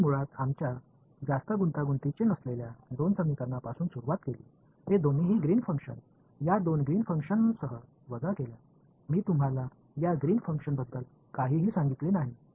आम्ही मुळात आमच्या जास्त गुंतागुंतीचे नसलेल्या दोन समीकरणापासून सुरुवात केली हे दोनही ग्रीन्स फंक्शन या दोन ग्रीन्स फंक्शन्ससह वजा केल्या मी तुम्हाला या ग्रीन्स फंक्शनबद्दल काहीही सांगितले नाही